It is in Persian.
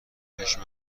پشه